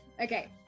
Okay